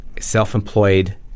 self-employed